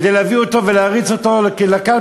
כדי להביא אותו ולהריץ אותו לקלפי,